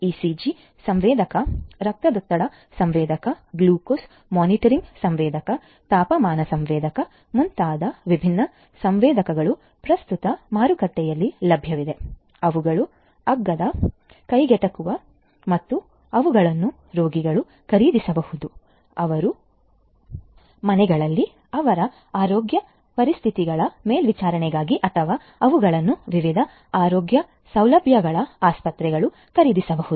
ECG ಸಂವೇದಕ ರಕ್ತದೊತ್ತಡ ಸಂವೇದಕ ಗ್ಲೂಕೋಸ್ ಮಾನಿಟರಿಂಗ್ ಸಂವೇದಕ ತಾಪಮಾನ ಸಂವೇದಕ ಮುಂತಾದ ವಿಭಿನ್ನ ಸಂವೇದಕಗಳು ಪ್ರಸ್ತುತ ಮಾರುಕಟ್ಟೆಯಲ್ಲಿ ಲಭ್ಯವಿವೆ ಅವುಗಳು ಅಗ್ಗದ ಕೈಗೆಟುಕುವವುಗಳಾಗಿರಬಹುದು ಮತ್ತು ಅವುಗಳನ್ನು ರೋಗಿಗಳು ಖರೀದಿಸಬಹುದು ಅವರ ಮನೆಗಳಲ್ಲಿ ಅವರ ಆರೋಗ್ಯ ಪರಿಸ್ಥಿತಿಗಳ ಮೇಲ್ವಿಚಾರಣೆಗಾಗಿ ಅಥವಾ ಅವುಗಳನ್ನು ವಿವಿಧ ಆರೋಗ್ಯ ಸೌಲಭ್ಯಗಳ ಆಸ್ಪತ್ರೆಗಳು ಖರೀದಿಸಬಹುದು